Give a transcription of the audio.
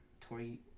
Tori